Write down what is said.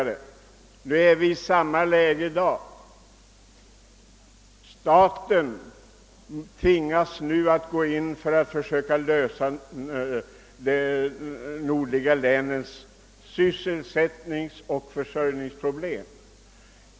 I dag befinner vi oss i samma läge igen: staten tvingas nu att försöka lösa de nordliga länens sysselsättningsoch försörjningsproblem.